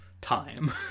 time